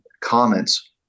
comments